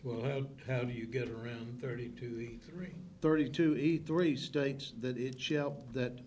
well how do you get around thirty two three thirty two eighty three states that